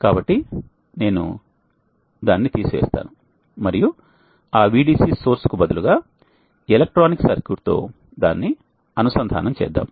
కాబట్టి నేను దానిని తీసివేస్తాను మరియు ఆ VDC సోర్స్ కు బదులుగా ఎలక్ట్రానిక్ సర్క్యూట్ తో దానిని అనుసంధానం చేద్దాం